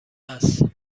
است